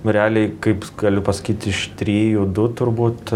realiai kaip galiu pasakyt iš trijų du turbūt